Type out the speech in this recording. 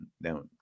now